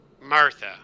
Martha